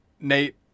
Nate